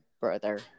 brother